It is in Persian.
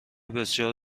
بسیار